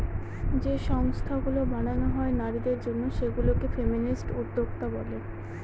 যে সংস্থাগুলো বানানো হয় নারীদের জন্য সেগুলা কে ফেমিনিস্ট উদ্যোক্তা বলে